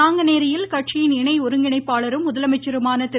நாங்குனேரியில் கட்சியின் இணை ஒருங்கிணைப்பாளரும் முதலமைச்சருமான திரு